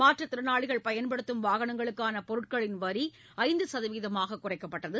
மாற்றுத்திறனாளிகள் பயன்படுத்தும் வாகனங்களுக்கான பொருட்களின் வரி ஐந்து சதவீதமாகக் குறைக்கப்பட்டது